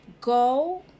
go